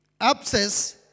abscess